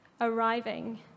arriving